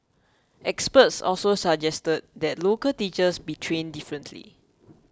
experts also suggested that local teachers be trained differently